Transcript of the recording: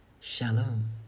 shalom